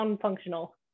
functional